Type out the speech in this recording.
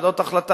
ועדות החלטה,